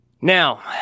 now